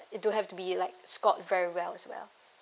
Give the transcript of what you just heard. don't have to be like score very well as well